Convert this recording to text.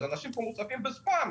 אנשים כאן מוצפים בספאם,